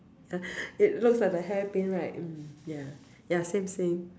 ya it looks like a hairpin right mm ya ya same same